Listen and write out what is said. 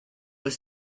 was